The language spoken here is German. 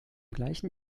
gleichen